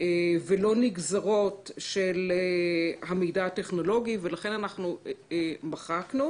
ולא נגזרות של המידע הטכנולוגי ולכן מחקנו.